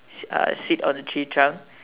sit uh sit on tree trunk